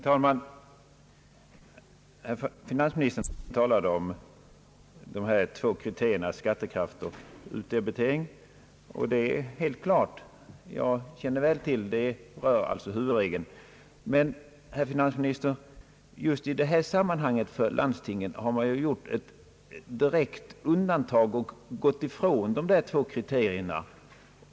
Herr talman! Finansministern talade om de två kriterierna skattekraft och anpassning till Romfördraget utdebitering. Jag känner väl till denna huvudregel. Men, herr finansminister, just i detta sammanhang för landstingen har man ju gjort ett direkt undantag och gått ifrån dessa två kriterier.